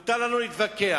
מותר לנו להתווכח,